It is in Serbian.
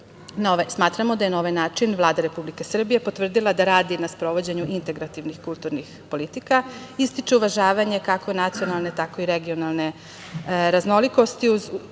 ima. Smatramo da je na ovaj način Vlada Republike Srbije potvrdila da radi na sprovođenju integrativnih kulturnih politika, ističe uvažavanje kako nacionalne, tako i regionalne raznolikosti,